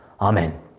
Amen